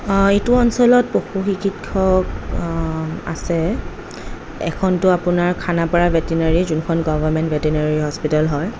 এইটো অঞ্চলত পশু চিকিৎসক আছে এখনটো আপোনাৰ খানাপাৰা ভেটেনেৰী যোনখন গভৰ্ণমেণ্ট ভেটেনেৰী হস্পিতেল হয়